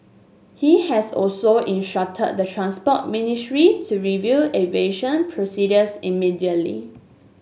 he has also instructed the Transport Ministry to review aviation procedures immediately